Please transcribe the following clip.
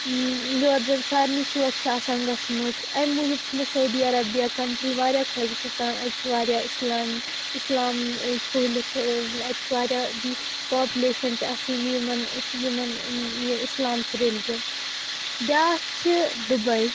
یور زن سارنٕے شوق چھُ آسان گژھہٕ نُک امہِ موجوب چھُ مےٚ سعودی عرَبیہ کنٹرٛی واریاہ خۄش گَژھان اتہِ چھُ واریاہ اسلام اسلام اۭں پھٕہلِتھ اۭں اتہِ چھُ واریاہ بیٚیہِ پاپولیشن تہِ اصٕل یِمن یِمن یہِ اسلام چھُ ریٚلِجن بیاکھ چھِ دُبے